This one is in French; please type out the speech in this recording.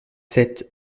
sept